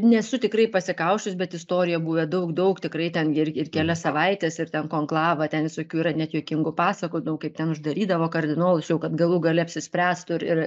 nesu tikrai pasikausčius bet istorijoje buvę daug daug tikrai ten ir ir kelias savaites ir ten konklava ten visokių yra net juokingų pasakojimų kaip ten uždarydavo kardinolus jau kad galų gale apsispręstų ir ir